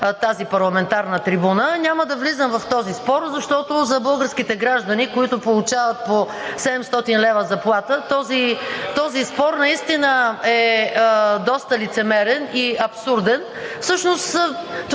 парламентарна трибуна. Няма да влизам в този спор, защото за българските граждани, които получават по 700 лв. заплата, този спор наистина е доста лицемерен и абсурден. Всъщност това,